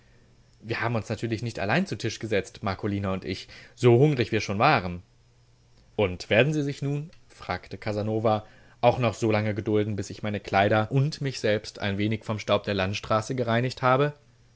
wir haben uns natürlich nicht allein zu tisch gesetzt marcolina und ich so hungrig wir schon waren und werden sie sich nun fragte casanova auch noch so lange gedulden bis ich meine kleider und mich selbst ein wenig vom staub der landstraße gereinigt habe